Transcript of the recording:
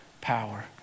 Power